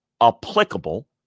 applicable